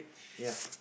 ya